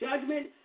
judgment